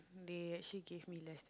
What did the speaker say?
they actually gave me less